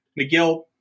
McGill